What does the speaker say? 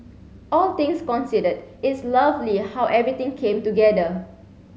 all things considered it's lovely how everything came together